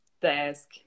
desk